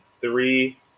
three